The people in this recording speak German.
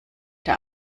der